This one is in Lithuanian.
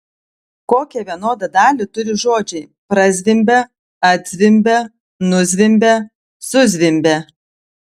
kokią vienodą dalį turi žodžiai prazvimbia atzvimbia nuzvimbia suzvimbia